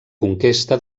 conquesta